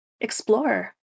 Explore